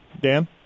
dan